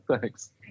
Thanks